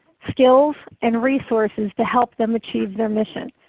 skills, and resources to help them achieve their mission.